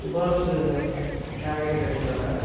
சுபாஸ் காய்கறி கடைங்களாங்க